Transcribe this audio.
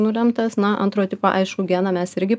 nulemtas na antro tipo aiškų geną mes irgi